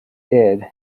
did